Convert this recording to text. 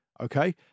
Okay